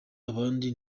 abandi